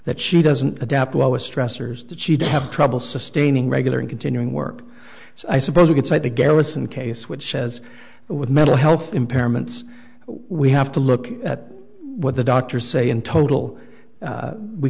that she doesn't adapt well with stressors that she did have trouble sustaining regular and continuing work so i suppose you could cite the garrison case which says with mental health impairments we have to look at what the doctors say in total